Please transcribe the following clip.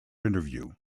interview